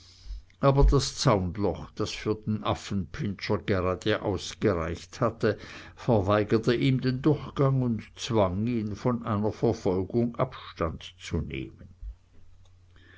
aber das zaunloch das für den affenpinscher grad ausgereicht hatte verweigerte ihm den durchgang und zwang ihn von seiner verfolgung abstand zu nehmen